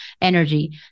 energy